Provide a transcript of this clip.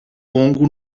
longo